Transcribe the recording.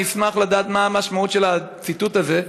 אני אשמח לדעת מה המשמעות של הציטוט הזה.